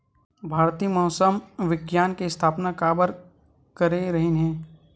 भारती मौसम विज्ञान के स्थापना काबर करे रहीन है?